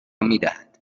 میدهد